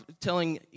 telling